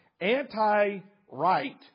anti-right